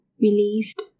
released